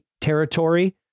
territory